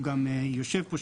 הוא גם יושב פה,